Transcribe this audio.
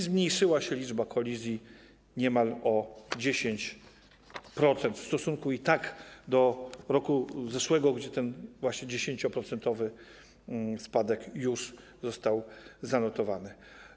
Zmniejszyła się liczba kolizji niemal o 10% w stosunku do roku zeszłego, kiedy i tak ten 10-procentowy spadek już został zanotowany.